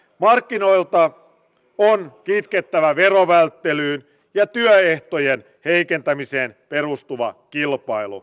markkinoilta on kitkettävä verovälttelyyn ja työehtojen heikentämiseen perustuva kilpailu